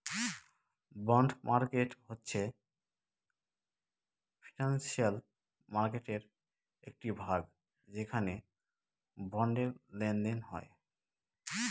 bond market হচ্ছে financial মার্কেটের একটি ভাগ যেখানে বন্ডের লেনদেন হয়